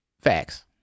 Facts